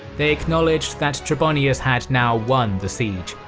they acknowledged that trebonius had now won the siege,